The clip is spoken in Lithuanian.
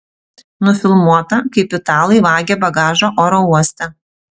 nufilmuota kaip italai vagia bagažą oro uoste